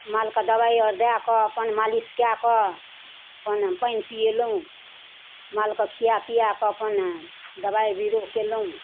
मालकेँ दबाइ आओर दए कऽ अपन मालिश कए कऽ अपन पानि पिएलहुँ मालकेँ खिआ पिआ कऽ अपन दबाइ बिरो कएलहुँ